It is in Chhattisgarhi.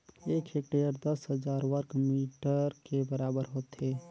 एक हेक्टेयर दस हजार वर्ग मीटर के बराबर होथे